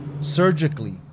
surgically